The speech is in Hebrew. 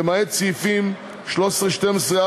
למעט סעיפים 13(12)(א),